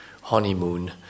honeymoon